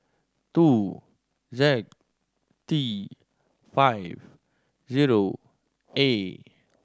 two Z T five zero A